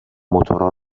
موتورا